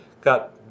Got